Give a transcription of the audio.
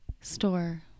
store